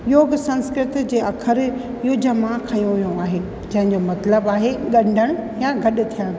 योगु संस्कृत जे अखर युज मां खंंयो वियो आहे जंहिं जो मतिलबु आहे ॻंढणु या गॾु थियणु